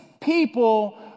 people